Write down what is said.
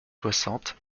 soixante